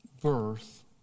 birth